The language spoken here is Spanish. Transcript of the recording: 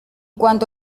cuanto